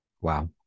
Wow